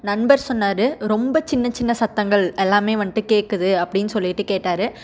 நண்பர் சொன்னார் ரொம்ப சின்ன சின்ன சத்தங்கள் எல்லாமே வந்துவிட்டு கேட்குது அப்படினு சொல்லிவிட்டு கேட்டார்